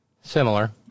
similar